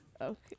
Okay